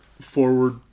forward